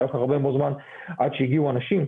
לקח הרבה מאוד זמן עד שהגיעו אנשים,